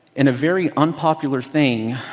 and a very unpopular thing,